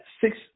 six